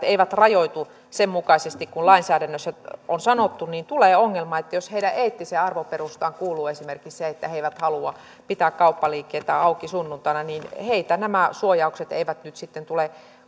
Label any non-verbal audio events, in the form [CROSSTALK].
[UNINTELLIGIBLE] eivät rajoitu sen mukaisesti kuin lainsäädännössä on sanottu tulee ongelma että jos heidän eettiseen arvoperustaansa kuuluu esimerkiksi se että he eivät halua pitää kauppaliikkeitä auki sunnuntaina niin heitä nämä suojaukset eivät nyt sitten tule